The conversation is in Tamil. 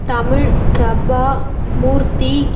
தமிழ் பிரபா மூர்த்தி